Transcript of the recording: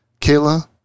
Kayla